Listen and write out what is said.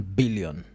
billion